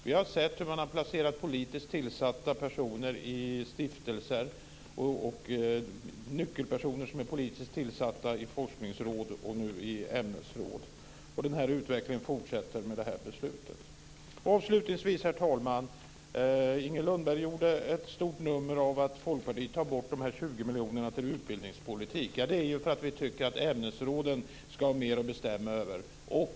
Vi har sett hur man har placerat politiskt tillsatta personer i stiftelser och politiskt tillsatta nyckelpersoner i forskningsråd och nu i ämnesråd. Och den här utvecklingen fortsätter med det här beslutet. Avslutningsvis, herr talman, gjorde Inger Lundberg ett stort nummer av att Folkpartiet tar bort 20 miljoner till utbildningspolitik. Det är ju för att vi tycker att ämnesråden ska ha mer att bestämma över.